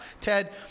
Ted